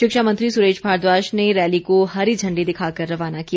शिक्षा मंत्री सुरेश भारद्वाज ने रैली को हरी झण्डी दिखाकर रवाना किया